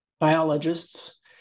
biologists